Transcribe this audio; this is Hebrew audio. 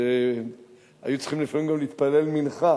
שהיו צריכים לפעמים גם להתפלל מנחה,